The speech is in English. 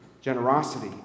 generosity